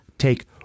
Take